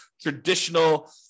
traditional